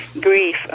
grief